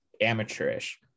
amateurish